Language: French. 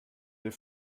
des